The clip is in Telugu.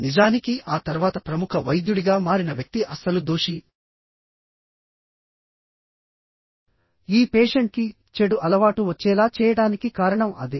నిజానికి ఆ తర్వాత ప్రముఖ వైద్యుడిగా మారిన వ్యక్తి అసలు దోషిఈ పేషెంట్కి చెడు అలవాటు వచ్చేలా చేయడానికి కారణం అదే